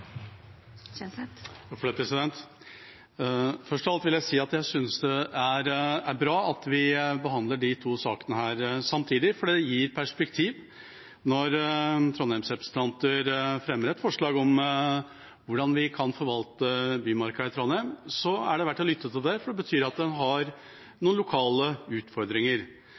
bra at vi behandler disse to sakene samtidig, for det gir perspektiv når Trondheims-representanter fremmer et forslag om hvordan vi kan forvalte Bymarka i Trondheim. Det er verdt å lytte til, for det betyr at en har noen lokale utfordringer.